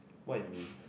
what it means